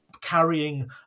carrying